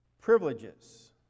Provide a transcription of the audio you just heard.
privileges